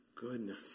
goodness